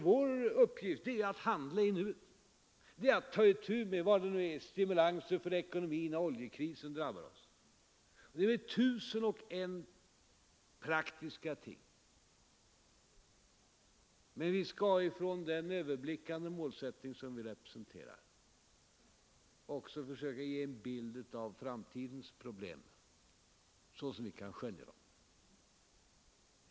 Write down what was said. Vår uppgift är att handla i nuet, att ta itu med vad det nu gäller — stimulanser för ekonomin när oljekrisen drabbar oss, tusen och en praktiska ting. Men vi skall från den överblickande målsättning som vi representerar också försöka ge en bild av framtidens problem så som vi kan skönja dem.